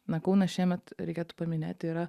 na kaunas šiemet reikėtų paminėti yra